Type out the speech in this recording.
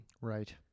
right